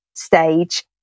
stage